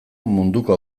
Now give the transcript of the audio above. munduko